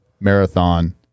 marathon